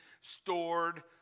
stored